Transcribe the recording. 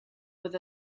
with